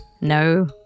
No